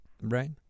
Right